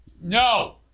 No